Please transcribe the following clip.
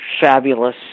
fabulous